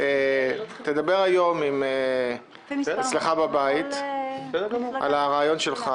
מציע שתדבר היום אצלך בבית על הרעיון שלך